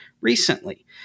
recently